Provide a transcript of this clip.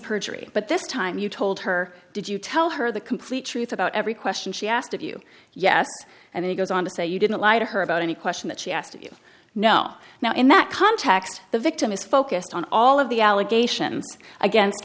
perjury but this time you told her did you tell her the complete truth about every question she asked of you yes and he goes on to say you didn't lie to her about any question that she asked you know now in that context the victim is focused on all of the alligator against